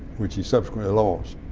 which he subsequently lost.